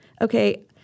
Okay